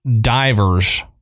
divers